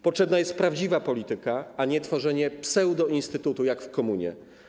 Potrzebna jest prawdziwa polityka, a nie tworzenie pseudoinstytutu jak w komunie.